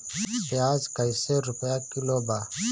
प्याज कइसे रुपया किलो बा?